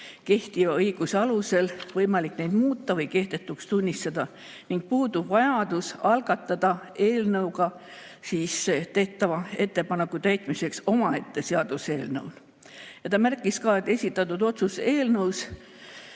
kehtiva õiguse alusel võimalik neid muuta või kehtetuks tunnistada ning puudub vajadus algatada eelnõuga tehtava ettepaneku täitmiseks omaette seaduseelnõu. Ta märkis ka, et esitatud otsuse eelnõus